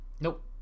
Nope